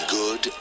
good